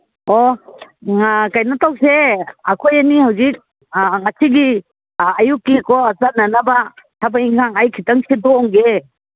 ꯑꯣ ꯀꯩꯅꯣ ꯇꯧꯁꯦ ꯑꯩꯈꯣꯏ ꯑꯅꯤ ꯍꯧꯖꯤꯛ ꯉꯁꯤꯒꯤ ꯑꯌꯨꯛꯀꯤꯀꯣ ꯆꯠꯅꯅꯕ ꯊꯕꯛ ꯏꯟꯈꯥꯡ ꯑꯩ ꯈꯤꯇꯪ ꯁꯤꯟꯇꯣꯛꯑꯝꯒꯦ